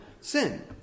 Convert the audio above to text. sin